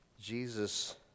Jesus